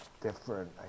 different